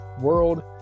world